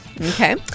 Okay